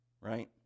right